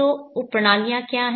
तो उप प्रणालियां क्या हैं